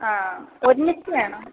ആ ഒരുമിച്ചു വേണോ